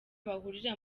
bahurira